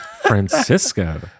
Francisco